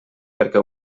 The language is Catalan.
perquè